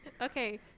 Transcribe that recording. okay